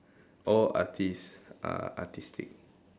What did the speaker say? all artiste are artistic